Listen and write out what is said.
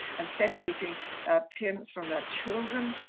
and separating parents from their children,